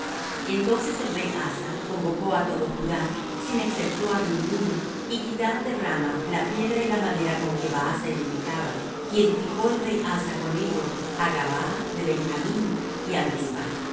entonces el rey asa convocó á todo judá sin exceptuar ninguno y quitaron de rama la piedra y la madera con que baasa edificaba y edificó el rey asa con ello á gabaa de benjamín y á mizpa lo